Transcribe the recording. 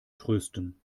trösten